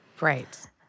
Right